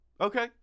Okay